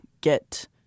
get